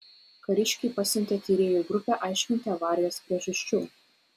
kariškiai pasiuntė tyrėjų grupę aiškinti avarijos priežasčių